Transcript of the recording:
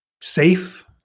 Safe